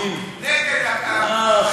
אה,